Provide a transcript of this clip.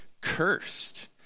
cursed